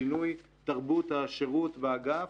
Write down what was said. שינוי תרבות השירות באגף,